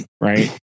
Right